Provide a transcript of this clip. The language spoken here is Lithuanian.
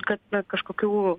kad be kažkokių